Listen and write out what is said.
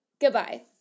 Goodbye